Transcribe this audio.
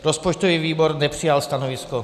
Rozpočtový výbor nepřijal stanovisko.